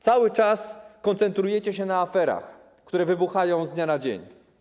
Cały czas koncentrujecie się na aferach, które wybuchają z dnia na dzień.